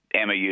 Emma